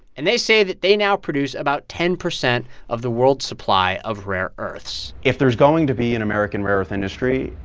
and they say that they now produce about ten percent of the world's supply of rare earths if there's going to be an american rare earth industry,